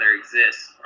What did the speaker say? exists